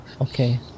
Okay